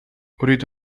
أريد